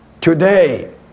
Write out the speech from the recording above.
Today